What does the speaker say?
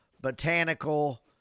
Botanical